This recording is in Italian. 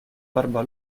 barba